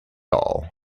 all